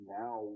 now